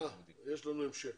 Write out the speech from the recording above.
יש לנו המשך.